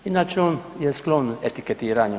Inače on je sklon etiketiranju.